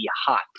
hot